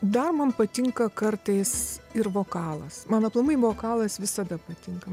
dar man patinka kartais ir vokalas man aplamai vokalas visada patinka